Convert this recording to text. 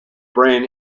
brain